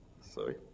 Sorry